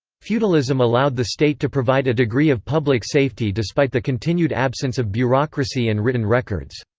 feudalism allowed the state to provide a degree of public safety despite the continued absence of bureaucracy and written records.